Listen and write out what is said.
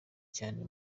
cyane